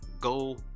Go